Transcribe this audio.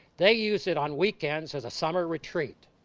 they used it on weekends as a summer retreat.